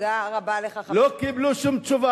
תודה רבה לך, חבר הכנסת.